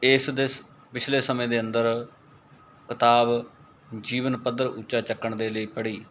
ਇਸ ਦੇ ਸ ਪਿਛਲੇ ਸਮੇਂ ਦੇ ਅੰਦਰ ਕਿਤਾਬ ਜੀਵਨ ਪੱਧਰ ਉੱਚਾ ਚੁੱਕਣ ਦੇ ਲਈ ਪੜ੍ਹੀ